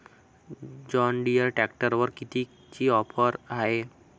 John Deere ट्रॅक्टरवर कितीची offer हाये?